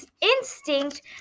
instinct